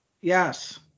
yes